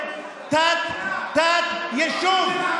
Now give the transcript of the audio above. הם תת-יישוב.